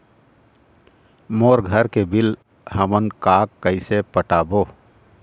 मोर घर के बिल हमन का कइसे पटाबो?